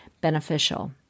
beneficial